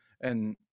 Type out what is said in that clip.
And-